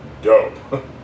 Dope